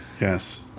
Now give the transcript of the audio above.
Yes